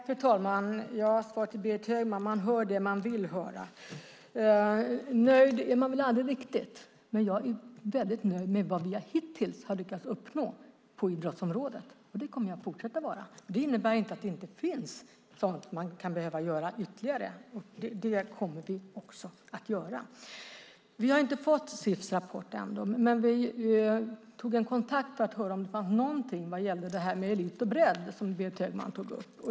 Fru talman! Ja, svaret till Berit Högman är: Man hör det man vill höra. Man är väl aldrig riktigt nöjd, men jag är väldigt nöjd med vad vi hittills har lyckats uppnå på idrottsområdet. Det kommer jag att fortsätta att vara. Det innebär inte att det inte finns sådant man kan behöva göra ytterligare. Det kommer vi också att göra. Vi har inte fått CIF:s rapport ännu, men vi tog en kontakt för att höra om det fanns någonting vad gällde det här med elit och bredd, som Berit Högman tog upp.